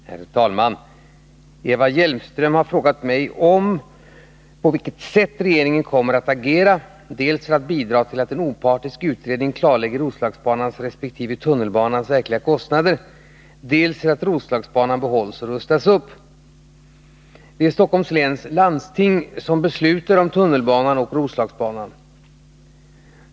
Herr talman! Eva Hjelmström har frågat mig om på vilket sätt regeringen kommer att agera dels för att bidra till att en opartisk utredning klarlägger Roslagsbanans resp. tunnelbanans verkliga kostnader, dels för att Roslagsbanan behålls och rustas upp. Det är Stockholms läns landsting som beslutar om tunnelbanan och Roslagsbanan.